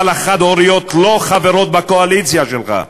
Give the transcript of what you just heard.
אבל החד-הוריות לא חברות בקואליציה שלך.